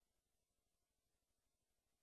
אני